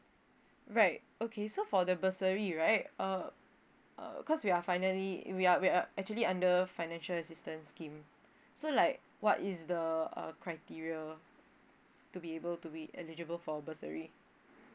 right okay so for the bursary right uh cause we are finally we are we are actually under financial assistance scheme so like what is the uh criteria to be able to be eligible for bursary